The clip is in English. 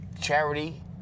Charity